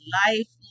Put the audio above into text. life